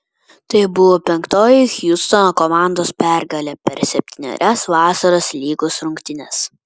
tai buvo penktoji hjustono komandos pergalė per septynerias vasaros lygos rungtynes